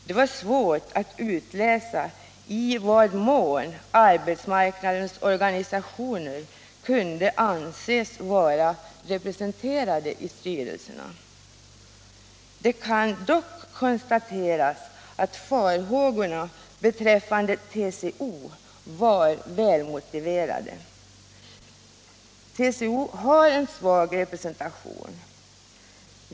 Det var svårt att utläsa i vad mån arbetsmarknadens organisationer kunde anses vara representerade i styrelserna. Det kan dock konstateras att farhågorna beträffande TCO var välmotiverade. TCO har en svag representation.